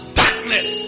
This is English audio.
darkness